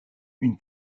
une